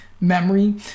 memory